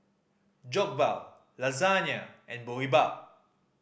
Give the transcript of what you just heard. Jokbal Lasagna and Boribap